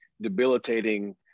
debilitating